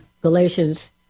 Galatians